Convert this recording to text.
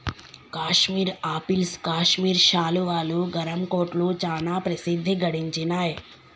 Kashmir apples Kashmir శాలువాలు, గరం కోట్లు చానా ప్రసిద్ధి గడించినాయ్